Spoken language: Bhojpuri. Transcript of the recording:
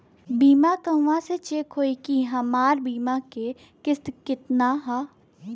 बीमा कहवा से चेक होयी की हमार बीमा के किस्त केतना ह?